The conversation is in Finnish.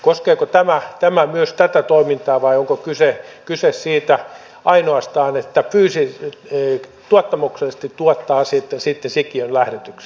koskeeko tämä myös tätä toimintaa vai onko kyse siitä ainoastaan että tuottamuksellisesti tuottaa sitten sikiön lähdetyksen